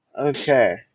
okay